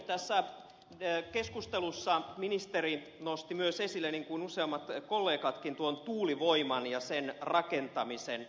tässä keskustelussa ministeri niin kuin useammat kollegatkin nosti esille myös tuulivoiman ja sen rakentamisen